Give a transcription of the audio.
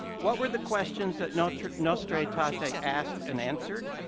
what were the questions that nostra nostra aetate ah aetate asked and answered?